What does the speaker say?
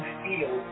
feel